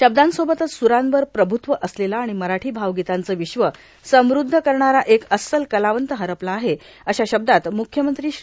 शब्दांसोबतच स्रांवर प्रभूत्व असलेला आणि मराठी भावगीतांचं विश्व समुद्ध करणारा एक अस्सल कलावंत हरपला आहे अशा शब्दात म्ख्यमंत्री श्री